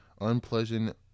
unpleasant